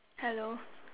hello